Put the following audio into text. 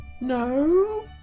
No